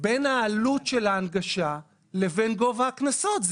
בין העלות של ההנגשה לבין גובה הקנסות.